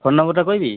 phone ନମ୍ବର୍ଟା କହିବି